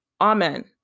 Amen